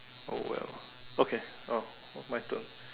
oh well okay oh my turn